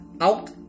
out